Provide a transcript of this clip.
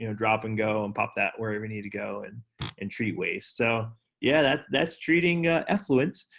you know drop and go and pop that wherever you need to go and and treat waste. so yeah, that's that's treating effluent,